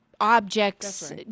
objects